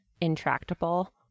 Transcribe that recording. intractable